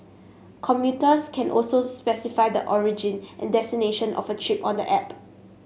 commuters can also specify the origin and destination of a trip on the app